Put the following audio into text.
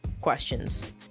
questions